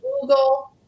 google